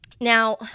now